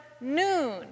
noon